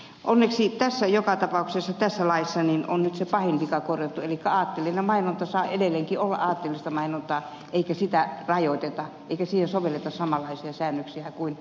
onneksi joka tapauksessa tässä laissa on nyt se pahin vika korjattu elikkä aatteellinen mainonta saa edelleenkin olla aatteellista mainontaa eikä sitä rajoiteta eikä siihen sovelleta samanlaisia säännöksiä kuin tavalliseen mainontaan